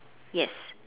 yes